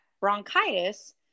bronchitis